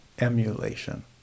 emulation